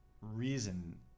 reason